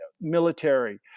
military